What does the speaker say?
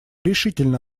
решительно